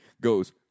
goes